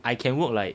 I can work like